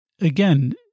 Again